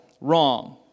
wrong